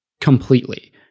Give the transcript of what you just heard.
completely